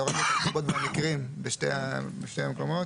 הורדנו את הנסיבות והמקרים בשני המקומות.